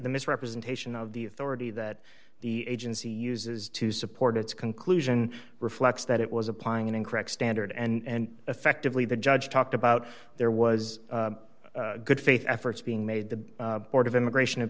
the misrepresentation of the authority that the agency uses to support its conclusion reflects that it was applying an incorrect standard and effectively the judge talked about there was good faith efforts being made the board of immigration